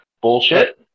Bullshit